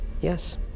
yes